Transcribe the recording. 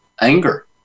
anger